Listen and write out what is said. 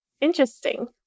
Interesting